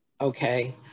Okay